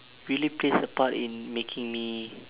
really plays a part in making me